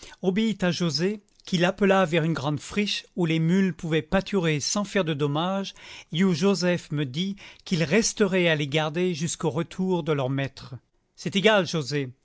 obéit à joset qui l'appela vers une grande friche où les mules pouvaient pâturer sans faire de dommage et où joseph me dit qu'il resterait à les garder jusqu'au retour de leur maître c'est égal joset